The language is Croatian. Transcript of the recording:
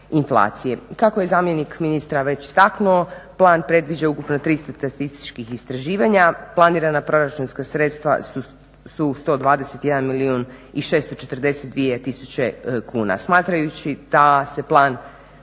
Kako je zamjenik ministra već istaknuo plan predviđa ukupno 300 statističkih istraživanja, planirana proračunska sredstva su 121 milijun i 642 tisuće kuna. Smatrajući da se plan temelji